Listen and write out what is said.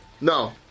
No